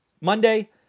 Monday